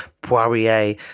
Poirier